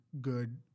good